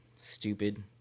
stupid